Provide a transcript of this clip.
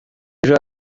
ejo